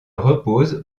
repose